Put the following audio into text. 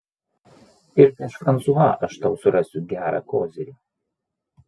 ir prieš fransua aš tau surasiu gerą kozirį